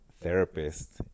therapist